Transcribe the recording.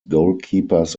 goalkeepers